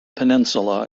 peninsula